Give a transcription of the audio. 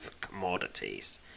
commodities